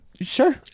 sure